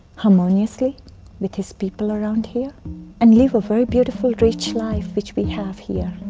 harmoniously with his people around here and live a very beautiful, rich life which we have here.